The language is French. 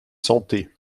santé